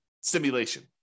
simulation